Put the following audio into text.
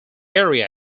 area